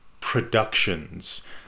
productions